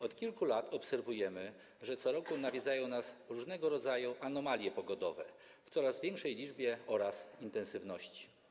Od kilku lat obserwujemy, że co roku nawiedzają nas różnego rodzaju anomalie pogodowe o coraz większej liczbie oraz intensywności.